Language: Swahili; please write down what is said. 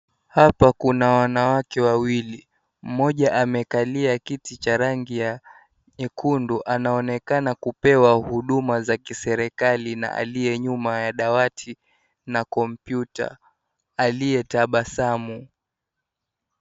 Hapa kuna wanawake wawili, mmoja amekalia kiti cha rangi ya nyekundu anaonekana kupewa huduma za kiserikali na aliye nyuma ya dawati na kompyuta aliyetabasamu.